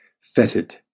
fetid